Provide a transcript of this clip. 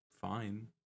fine